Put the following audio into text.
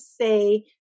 say